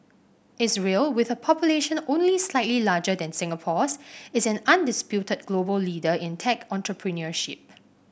Israel with a population only slightly larger than Singapore's is an undisputed global leader in tech entrepreneurship